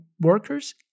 workers